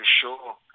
sure